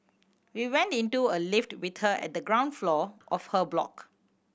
we went into a lift with her at the ground floor of her block